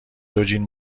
دوجین